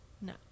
No